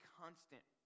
constant